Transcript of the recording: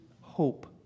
hope